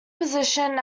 position